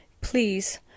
Please